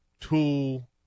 tool